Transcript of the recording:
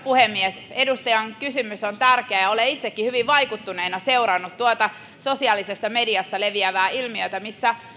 puhemies edustajan kysymys on tärkeä olen itsekin hyvin vaikuttuneena seurannut tuota sosiaalisessa mediassa leviävää ilmiötä missä